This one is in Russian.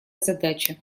задача